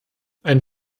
ein